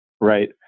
Right